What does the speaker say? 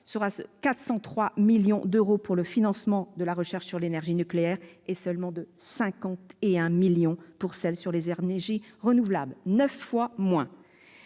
de 433 millions d'euros pour le financement de la recherche sur l'énergie nucléaire, et seulement de 51 millions pour la recherche sur les énergies renouvelables, soit neuf fois moins.